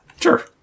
Sure